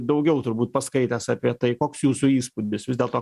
daugiau turbūt paskaitęs apie tai koks jūsų įspūdis vis dėlto